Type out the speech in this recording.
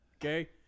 Okay